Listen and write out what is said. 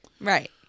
Right